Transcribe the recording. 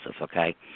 okay